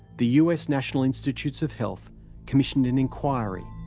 the us national institutes of health commissioned an inquiry.